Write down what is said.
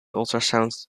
ultrasound